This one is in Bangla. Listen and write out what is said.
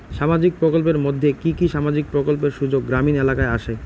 সামাজিক প্রকল্পের মধ্যে কি কি সামাজিক প্রকল্পের সুযোগ গ্রামীণ এলাকায় আসে?